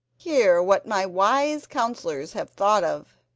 hear what my wise counsellors have thought of.